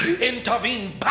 intervene